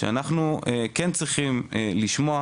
שאנחנו כן צריכים לשמוע,